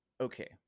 okay